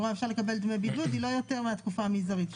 דמי בידוד היא לא יותר מהתקופה המזערית.